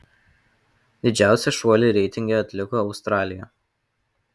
didžiausią šuolį reitinge atliko australija